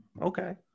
Okay